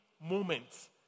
moments